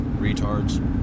Retards